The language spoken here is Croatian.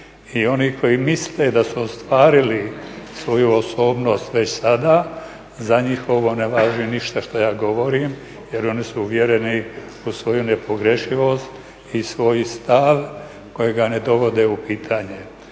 I oni koji misle da su ostvarili svoju osobnost već sada za njih ovo ne važi ništa što ja govorim jer oni su uvjereni u svoju nepogrešivost i svoj stav kojega ne dovode u pitanje.